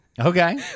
Okay